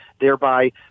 thereby